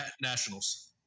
nationals